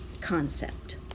concept